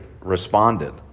responded